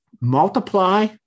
multiply